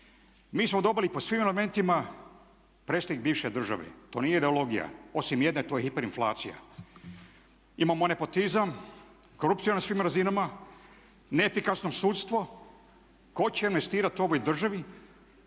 razumije./… po svim elementima …/Govornik se ne razumije./… to nije ideologija, osim jedne, to je hiperinflacija. Imamo nepotizam, korupciju na svim razinama, neefikasno sudstvo. Tko će investirati u ovoj državi,